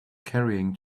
carrying